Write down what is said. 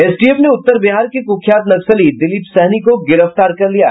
STF ने उत्तर बिहार के कुख्यात नक्सली दिलीप सहनी को गिरफ्तार कर लिया है